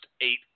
eight